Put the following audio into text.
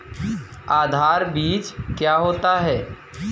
आधार बीज क्या होता है?